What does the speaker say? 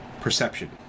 perception